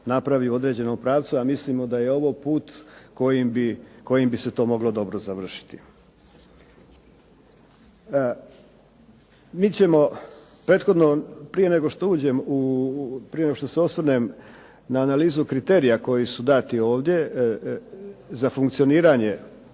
napravi u određenom pravcu, a mislimo da je ovo put kojim bi se to moglo dobro završiti. Mi ćemo prethodno, prije nego što uđem, prije nego što se osvrnem na analizu kriterija koji su dati ovdje, za funkcioniranje